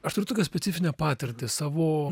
aš turiu tokią specifinę patirtį savo